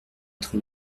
être